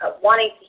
Wanting